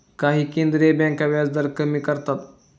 काही केंद्रीय बँका व्याजदर कमी करतात